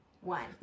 one